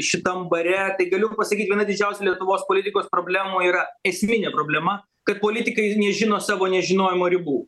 šitam bare tai galiu pasakyti viena didžiausių lietuvos politikos problemų yra esminė problema kad politikai nežino savo nežinojimo ribų